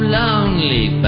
lonely